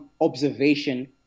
observation